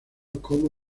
como